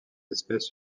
espèces